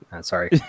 Sorry